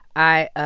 i